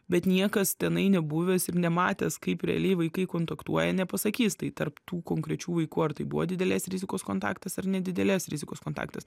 bet niekas tenai nebuvęs ir nematęs kaip realiai vaikai kontaktuoja nepasakys tai tarp tų konkrečių vaikų ar tai buvo didelės rizikos kontaktas ar nedidelės rizikos kontaktas